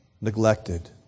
neglected